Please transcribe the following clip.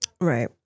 right